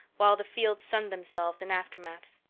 while the fields sunned themselves in aftermaths.